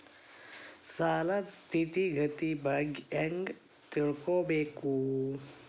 ಸಾಲದ್ ಸ್ಥಿತಿಗತಿ ಬಗ್ಗೆ ಹೆಂಗ್ ತಿಳ್ಕೊಬೇಕು?